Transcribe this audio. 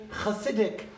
Hasidic